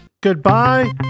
Goodbye